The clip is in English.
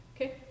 Okay